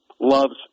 loves